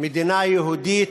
מדינה יהודית,